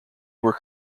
were